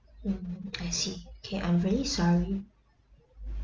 mm I see okay I'm really sorry